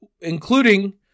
including